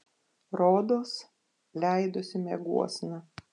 rodos leidosi mieguosna